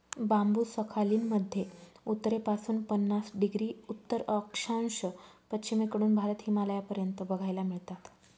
बांबु Sakhalin मध्ये उत्तरेपासून पन्नास डिग्री उत्तर अक्षांश, पश्चिमेकडून भारत, हिमालयापर्यंत बघायला मिळतात